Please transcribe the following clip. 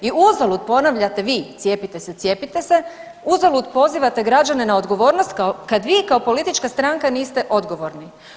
I uzalud ponavljate vi, cijepite se, cijepite se, uzalud pozivate građane na odgovornost kad vi kao politička stranka niste odgovorni.